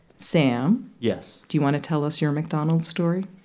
sam? yes? do you want to tell us your mcdonald's story?